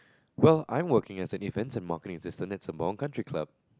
well I am working as a events and marketing assistant at Sembawang country club